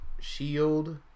shield